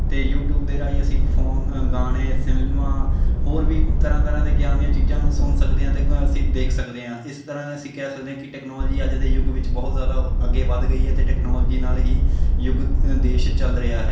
ਅਤੇ ਯੂਟੀਊਬ ਦੇ ਰਾਹੀਂ ਅਸੀਂ ਫੋਨ ਗਾਣੇ ਫਿਲਮਾਂ ਹੋਰ ਵੀ ਤਰ੍ਹਾਂ ਤਰ੍ਹਾਂ ਦੇ ਗਿਆਨ ਦੀਆਂ ਚੀਜ਼ਾਂ ਨੂੰ ਸੁਣ ਸਕਦੇ ਹਾਂ ਅਤੇ ਗ ਅਸੀਂ ਦੇਖ ਸਕਦੇ ਹਾਂ ਇਸ ਤਰ੍ਹਾਂ ਅਸੀਂ ਕਹਿ ਸਕਦੇ ਹਾਂ ਕਿ ਟੈਕਨੋਲੋਜੀ ਅੱਜ ਦੇ ਯੁੱਗ ਵਿੱਚ ਬਹੁਤ ਜ਼ਿਆਦਾ ਅੱਗੇ ਵੱਧ ਗਈ ਹੈ ਅਤੇ ਟੈਕਨੋਲੋਜੀ ਨਾਲ ਹੀ ਯੁੱਗ ਦੇਸ਼ ਚੱਲ ਰਿਹਾ ਹੈ